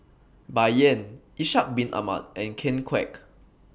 Bai Yan Ishak Bin Ahmad and Ken Kwek